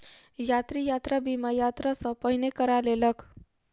यात्री, यात्रा बीमा, यात्रा सॅ पहिने करा लेलक